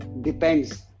depends